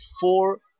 four